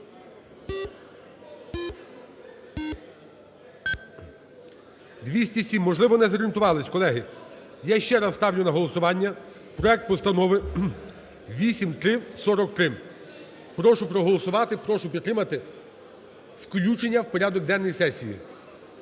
За-207 Можливо, не зорієнтувались, колеги. Я ще раз ставлю на голосування проект Постанови 8343. Прошу проголосувати і прошу підтримати включення в порядок денний сесії.